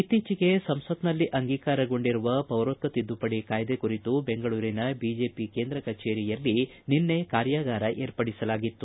ಇತ್ತೀಚೆಗೆ ಸಂಸತ್ನಲ್ಲಿ ಅಂಗೀಕಾರಗೊಂಡಿರುವ ಪೌರತ್ವ ತಿದ್ದುಪಡಿ ಕಾಯ್ದೆ ಕುರಿತು ಬೆಂಗಳೂರಿನ ಬಿಜೆಪಿ ಕೇಂದ್ರ ಕಚೇರಿಯಲ್ಲಿ ನಿನ್ನೆ ಕಾರ್ಯಾಗಾರ ವಿರ್ಪಡಿಸಲಾಗಿತ್ತು